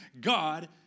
God